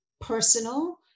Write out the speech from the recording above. personal